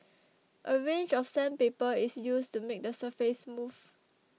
a range of sandpaper is used to make the surface smooth